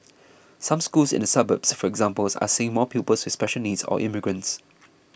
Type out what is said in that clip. some schools in the suburbs for example are seeing more pupils with special needs or immigrants